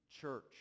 church